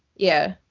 yeah.